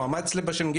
הוא עמד אצלי בש"ג.